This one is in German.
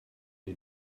die